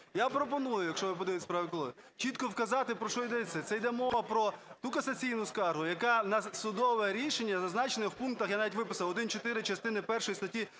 Я пропоную, якщо ви подивитесь в правій колонці, чітко казати, про що йдеться. Це йде мова про ту касаційну скаргу, яка на судове рішення, зазначене в пунктах, я навіть виписав: 1, 4 частини першої статті